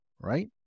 right